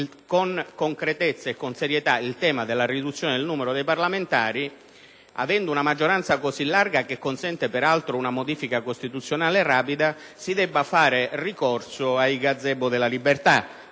con concretezza e serietà il tema della riduzione del numero dei parlamentari (avendo peraltro una maggioranza così larga che consente una modifica costituzionale rapida), si debba fare ricorso ai gazebo della libertà